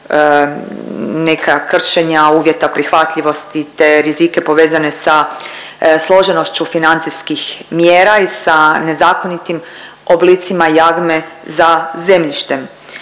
neka kršenja uvjeta prihvatljivosti te rizike povezane sa složenošću financijskih mjera i sa nezakonitim oblicima javne za zemljištem.